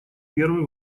первый